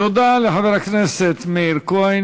תודה לחבר הכנסת מאיר כהן.